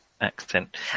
accent